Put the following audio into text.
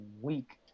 week